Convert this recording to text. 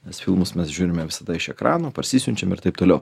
nes filmus mes žiūrime visada iš ekrano parsisiunčiam ir taip toliau